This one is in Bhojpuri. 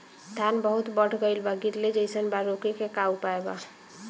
धान बहुत बढ़ गईल बा गिरले जईसन बा रोके क का उपाय बा?